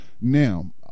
Now